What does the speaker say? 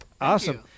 Awesome